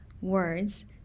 words